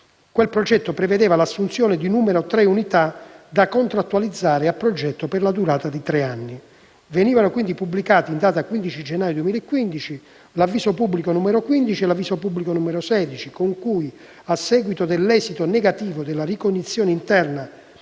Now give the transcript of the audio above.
internazionale», prevedendo l'assunzione di tre unità da contrattualizzare a progetto per la durata di tre anni. Venivano quindi pubblicati, in data 15 gennaio 2015, l'avviso pubblico n. 15 e l'avviso pubblico n. 16, con cui, a seguito dell'esito negativo della ricognizione interna